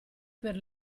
per